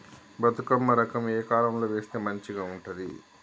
బతుకమ్మ రకం ఏ కాలం లో వేస్తే మంచిగా ఉంటది?